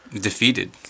defeated